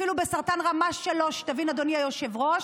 אפילו בסרטן רמה 3, שתבין אדוני היושב-ראש,